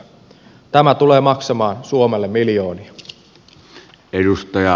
tämä tulee maksamaan suomelle miljoonia